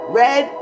red